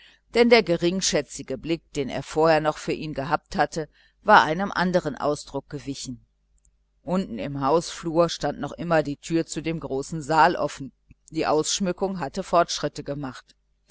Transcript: denn der geringschätzige blick den er vor der stunde für ihn gehabt hatte war einem andern ausdruck gewichen unten im hausflur stand noch immer die türe zu dem großen saal offen die dekoration hatte fortschritte gemacht